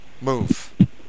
move